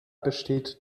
besteht